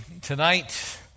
Tonight